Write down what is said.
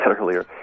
earlier